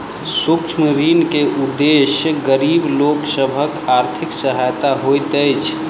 सूक्ष्म ऋण के उदेश्य गरीब लोक सभक आर्थिक सहायता होइत अछि